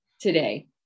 today